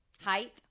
height